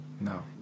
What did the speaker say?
no